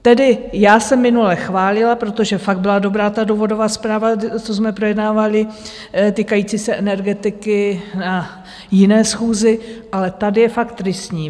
Tedy já jsem minule chválila, protože fakt byla dobrá ta důvodová zpráva, co jsme projednávali, týkající se energetiky na jiné schůzi, ale tady je fakt tristní.